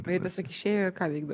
jie tiesiog išėjo ir ką veikdavo